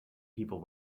people